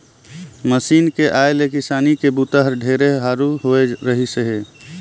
machine के आए ले किसानी के बूता हर ढेरे हरू होवे रहीस हे